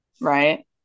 right